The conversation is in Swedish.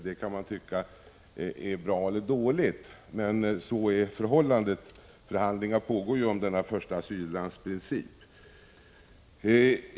Man kan tycka att detta är bra eller dåligt, men så är förhållandet. Förhandlingar pågår om denna princip om första asylland.